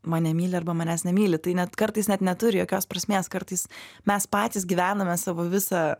mane myli arba manęs nemyli tai net kartais net neturi jokios prasmės kartais mes patys gyvename savo visą